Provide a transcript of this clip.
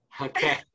Okay